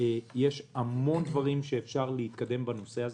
המון דברים שאפשר להתקדם בנושא הזה.